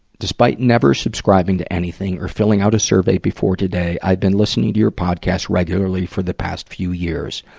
despite never subscribing to anything or filling out a survey before today, i've been listening to your podcast regularly for the past few years.